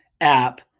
app